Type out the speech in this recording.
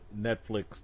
Netflix